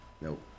Nope